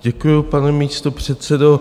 Děkuju, pane místopředsedo.